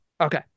okay